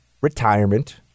retirement